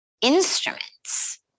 instruments